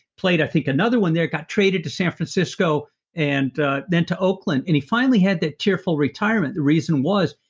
played i think another one there. got traded to san francisco and then to oakland. and he finally had that tearful retirement the reason was,